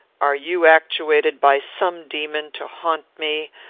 are you actuated by some demon to haunt me,